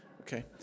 Okay